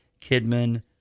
Kidman